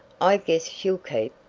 i guess she'll keep,